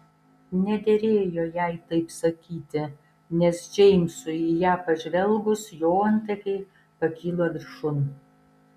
nederėjo jai taip sakyti nes džeimsui į ją pažvelgus jo antakiai pakilo viršun